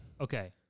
Okay